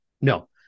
No